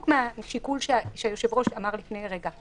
מן השיקול שהיושב-ראש אמר לפני רגע.